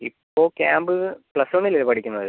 ഇപ്പോൾ camp plus one അല്ലേ പഠിക്കുന്നത്